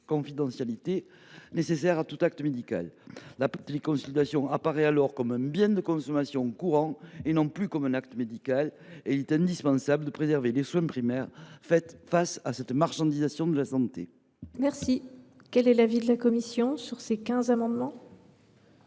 confidentialité applicables à tout acte médical. La téléconsultation apparaît alors comme un bien de consommation courante et non plus comme un acte médical. Il est indispensable de préserver les soins primaires face à cette marchandisation de la santé. Quel est l’avis de la commission ? Il a semblé à